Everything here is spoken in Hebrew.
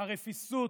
הרפיסות,